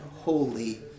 holy